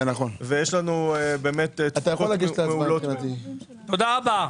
תודה רבה.